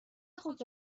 خود